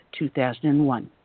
2001